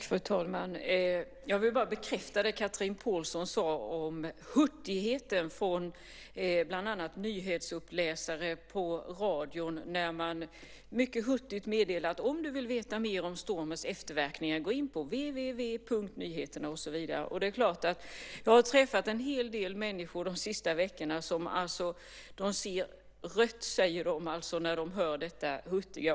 Fru talman! Jag vill bara bekräfta det som Chatrine Pålsson sade om hurtigheten från bland annat nyhetsuppläsare på radio. Mycket hurtigt meddelar man att om du vill veta mer om stormens efterverkningar, gå in på www.nyheterna. Jag har träffat en hel del människor de senaste veckorna som ser rött när de hör detta hurtiga.